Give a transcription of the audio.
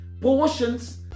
portions